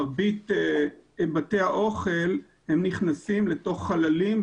מרבית בתי האוכל נכנסים לתוך חללים,